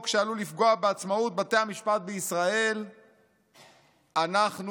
בעצמאות בתי המשפט בישראל אנחנו נוריד אותו".